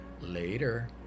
Later